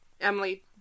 emily